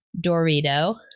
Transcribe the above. Dorito